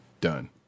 done